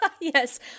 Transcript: yes